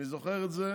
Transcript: אני זוכר את זה